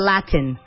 Latin